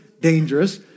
dangerous